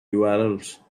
urls